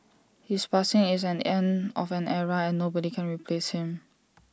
his passing is an end of an era and nobody can replace him